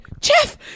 Jeff